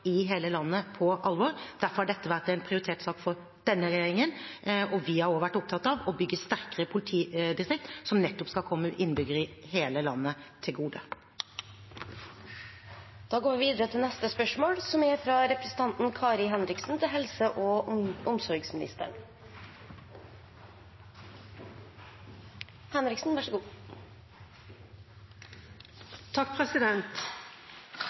i hele landet på alvor. Derfor har dette vært en prioritert sak for denne regjeringen, og vi har vært opptatt av å bygge sterkere politidistrikt som nettopp skal komme innbyggerne i hele landet til gode. «Fødeavdelingen ved sykehuset i Kristiansand er i dårlig forfatning. Det går